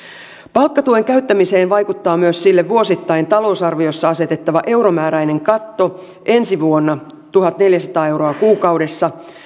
palkkatuen käyttämiseen vaikuttaa myös sille vuosittain talousarviossa asetettava euromääräinen katto ensi vuonna tuhatneljäsataa euroa kuukaudessa